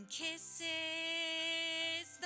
kisses